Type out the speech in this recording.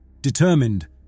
Determined